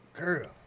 girl